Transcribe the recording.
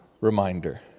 reminder